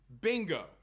Bingo